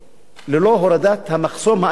ללא הורדת המחסום האמיתי,